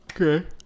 Okay